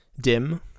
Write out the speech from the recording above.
dim